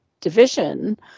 division